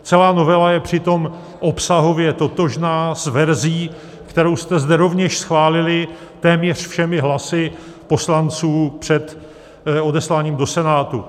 Celá novela je přitom obsahově totožná s verzí, kterou jste zde rovněž schválili téměř všemi hlasy poslanců před odesláním do Senátu.